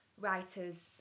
writer's